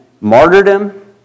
martyrdom